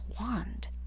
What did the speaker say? wand